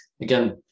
again